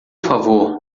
favor